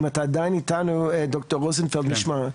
אם אתה עדיין איתנו ד"ר רוזנפלד, נשמע.